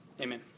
amen